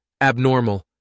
abnormal